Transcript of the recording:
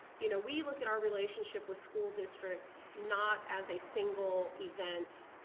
you know we look at our relationship with school districts not as a single event